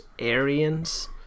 Aryans